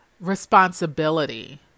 responsibility